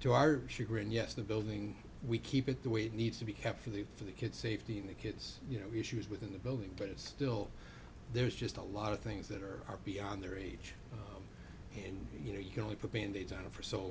to our chagrin yes the building we keep it the way it needs to be kept for the for the kids safety and the kids you know issues within the building but it's still there's just a lot of things that are far beyond their age and you know you can only put band aids on it for so